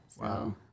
wow